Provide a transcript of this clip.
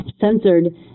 censored